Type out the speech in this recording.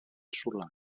solà